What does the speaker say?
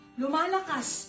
lumalakas